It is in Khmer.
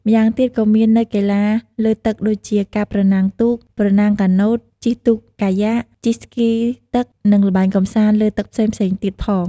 ម្យ៉ាងទៀតក៏មាននៅ កីឡាលើទឹកដូចជា ការប្រណាំងទូក ប្រណាំងកាណូត ជិះទូកកាយ៉ាក ជិះស្គីទឹក និងល្បែងកម្សាន្តលើទឹកផ្សេងៗទៀតផង។